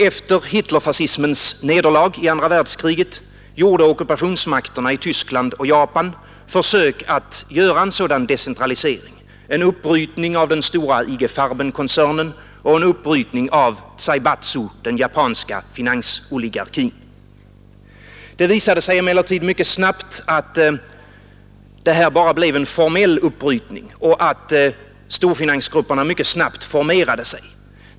Efter Hitlerfascismens nederlag i andra världskriget gjorde ockupationsmakterna i Tyskland och Japan försök att genomföra en sådan decentralisering — en uppbrytning av den stora I. G. Farbenkoncernen och en uppbrytning av Zaibatsu, den japanska finansoligarkin. Det visade sig emellertid mycket snabbt att det här bara blev en formell uppbrytning och att storfinansgrupperna mycket snabbt åter formerade sig.